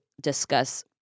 discuss